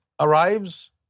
arrives